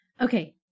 okay